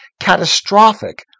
catastrophic